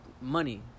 money